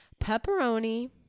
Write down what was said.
pepperoni